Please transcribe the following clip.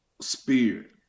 spirit